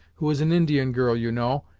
who is an indian girl you know,